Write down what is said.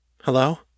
Hello